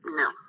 no